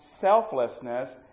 selflessness